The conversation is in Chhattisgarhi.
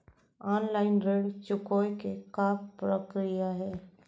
ऑनलाइन ऋण चुकोय के का प्रक्रिया हे?